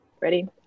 Ready